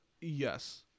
Yes